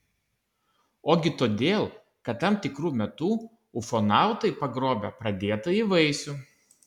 ogi todėl kad tam tikru metu ufonautai pagrobia pradėtąjį vaisių